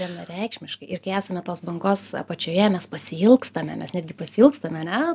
vienareikšmiškai ir kai esame tos bangos apačioje mes pasiilgstame mes netgi pasiilgstame ane